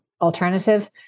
alternative